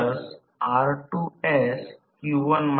तर हे स्लिप चे मूल्य आहे ज्यासाठी टॉर्क iSmax imum